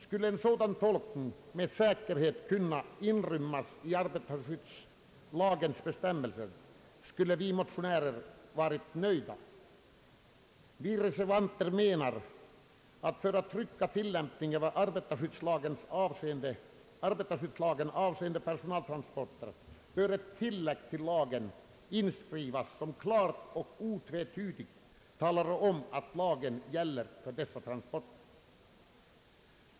Om en sådan tolkning med säkerhet kunde inrymmas i arbetarskyddslagens bestämmelser skulle vi motionärer varit nöjda. Vi reservanter menar att för att trygga tilllämpningen av arbetarskyddslagen avseende personaltransporter bör ett tilllägg till lagen inskrivas, som klart och otvetydligt talar om att lagen gäller för dessa transporter.